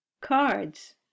cards